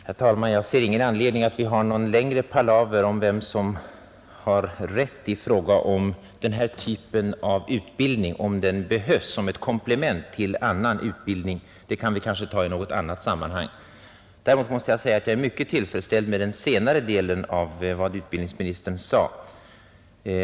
Herr talman! Jag ser ingen anledning till att vi har någon längre palaver om vem som har rätt i fråga om denna typ av utbildning. Om den behövs som ett komplement till annan utbildning kan vi kanske diskutera i något annat sammanhang. Däremot är jag tillfredsställd med den senare delen av utbildningsministerns anförande.